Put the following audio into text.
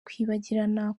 kwibagirana